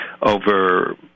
over